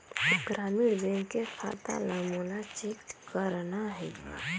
ग्रामीण बैंक के खाता ला मोला चेक करना हे?